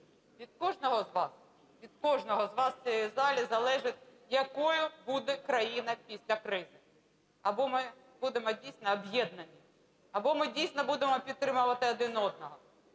від кожного з вас в цій залі залежить, якою буде країна після кризи. Або ми будемо дійсно об'єднані, або ми дійсно будемо підтримувати один одного.